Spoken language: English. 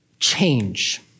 change